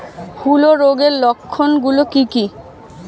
হূলো রোগের লক্ষণ গুলো কি কি?